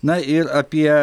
na ir apie